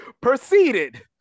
proceeded